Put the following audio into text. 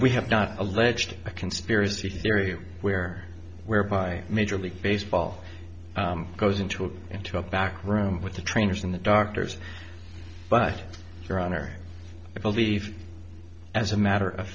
we have not alleged a conspiracy theory where whereby major league baseball goes into a into a back room with the trainers and the doctors but your honor i believe as a matter of